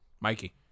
Mikey